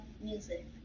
music